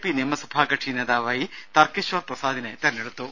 P നിയമസഭാ കക്ഷി നേതാവായി തർകിഷോർ പ്രസാദിനെ തെരഞ്ഞെടുത്തു